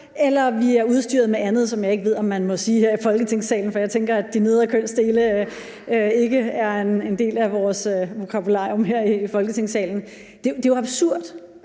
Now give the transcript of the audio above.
eller om vi er udstyret med andet, som jeg ikke ved om man må sige her i Folketingssalen, for jeg tænker, at de nedre kønsdele ikke er en del af vores vokabularium her i Folketingssalen. Det er jo absurd.